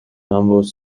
ambos